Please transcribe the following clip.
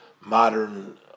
modern